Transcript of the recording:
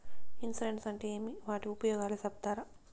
Insurance అంటే ఏమి? వాటి ఉపయోగాలు సెప్తారా?